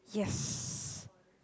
yes